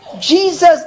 Jesus